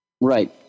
right